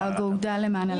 האגודה למען הלהט"ב.